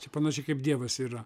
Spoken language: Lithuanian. čia panašiai kaip dievas yra